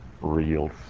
real